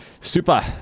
Super